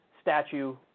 statue